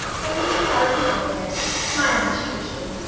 but mr. harrison opened it, smiling sheepishly,